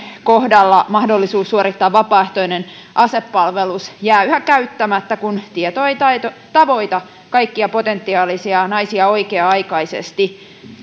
kohdalla mahdollisuus suorittaa vapaaehtoinen asepalvelus jää yhä käyttämättä kun tieto ei tavoita kaikkia potentiaalisia naisia oikea aikaisesti